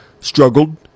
struggled